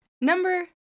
Number